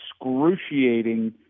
excruciating